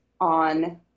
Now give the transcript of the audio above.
on